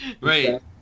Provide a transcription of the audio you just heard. Right